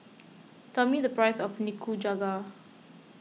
tell me the price of Nikujaga